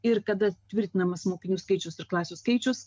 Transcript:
ir kada tvirtinamas mokinių skaičius ir klasių skaičius